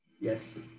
Yes